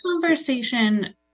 conversation